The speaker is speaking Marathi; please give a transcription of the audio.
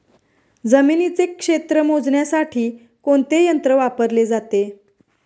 जमिनीचे क्षेत्र मोजण्यासाठी कोणते यंत्र वापरले जाते?